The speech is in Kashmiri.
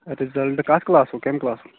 رِزلٹ کتھ کَلاسُک کَمہِ کَلاسُک